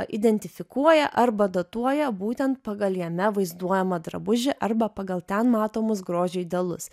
identifikuoja arba datuoja būtent pagal jame vaizduojamą drabužį arba pagal ten matomus grožio idealus